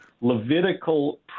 Levitical